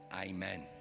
Amen